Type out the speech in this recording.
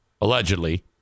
allegedly